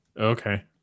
Okay